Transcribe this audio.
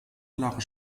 klare